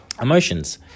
emotions